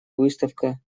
выставка